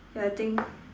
yeah I think